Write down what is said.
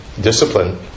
discipline